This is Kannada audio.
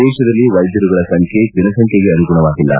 ದೇಶದಲ್ಲಿ ವೈದ್ಯರುಗಳ ಸಂಖ್ಯೆ ಜನಸಂಖ್ಯೆಗೆ ಅನುಗುಣವಾಗಿಲ್ಲ